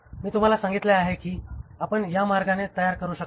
मी तुम्हाला सांगितले की आपण या मार्गाने तयार करू शकता